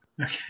Okay